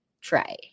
try